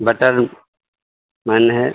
بتا دوں نان ہے